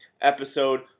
episode